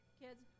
kids